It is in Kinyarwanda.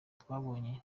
twabonye